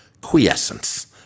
quiescence